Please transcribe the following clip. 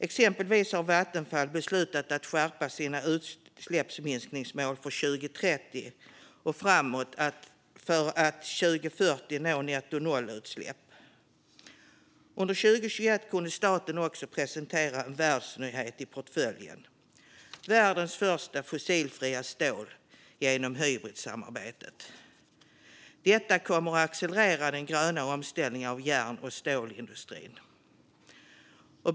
Exempelvis har Vattenfall beslutat att skärpa sina utsläppsminskningsmål för 2030 och framåt för att 2040 nå nettonollutsläpp. Under 2021 kunde staten också presentera en världsnyhet i portföljen: världens första fossilfria stål genom Hybritsamarbetet. Detta kommer att accelerera den gröna omställningen av järn och stålindustrin.